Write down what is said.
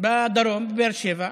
בבאר שבע,